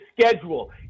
schedule